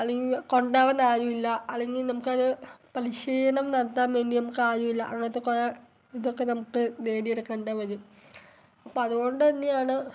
അല്ലെങ്കിൽ കൊണ്ടുപോവാൻ ആരുമില്ല അല്ലെങ്കിൽ നമുക്കത് പരിശീലനം നടത്താൻ വേണ്ടി നമുക്ക് ആരുമില്ല അങ്ങനത്തെ കുറേ ഇതൊക്കെ നമുക്ക് നേടിയെടുക്കേണ്ടി വരും അപ്പോൾ അതുകൊണ്ടുതന്നെയാണ്